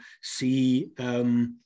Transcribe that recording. see